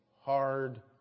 hard